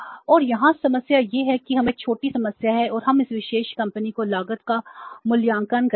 और यहाँ समस्या यह है कि हमें छोटी समस्या है और हम इस विशेष कंपनी को लागत का मूल्यांकन करेंगे